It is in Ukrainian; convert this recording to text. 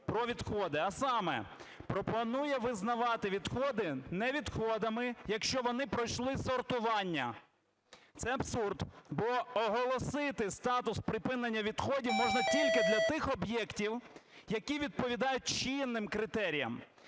про відходи. А саме: пропонує визначати відходи не відходами, якщо вони пройшли сортування. Це абсурд. Бо оголосити статус припинення відходів можна тільки для тих об'єктів, які відповідають чинним критеріям.